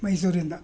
ಮೈಸೂರಿಂದ